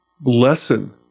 lesson